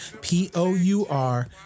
P-O-U-R